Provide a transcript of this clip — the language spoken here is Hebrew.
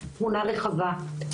תמונה רחבה,